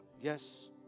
yes